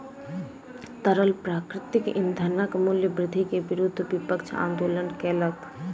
तरल प्राकृतिक ईंधनक मूल्य वृद्धि के विरुद्ध विपक्ष आंदोलन केलक